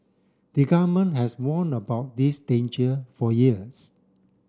the Government has warn about this danger for years